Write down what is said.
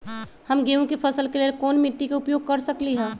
हम गेंहू के फसल के लेल कोन मिट्टी के उपयोग कर सकली ह?